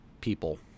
people